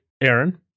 Aaron